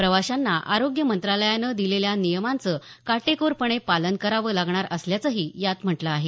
प्रवाशांना आरोग्य मंत्रालयांने दिलेल्या नियमांचं काटेकोरपणे पालन करावे लागणार असल्याचंही यात म्हटल आहे